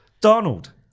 Donald